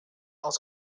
els